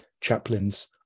chaplains